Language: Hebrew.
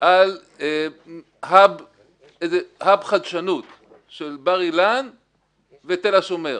על האבּ חדשנות של בר אילן ותל השומר,